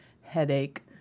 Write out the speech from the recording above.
headache